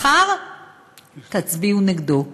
מחר תצביעו נגדו.